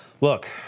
Look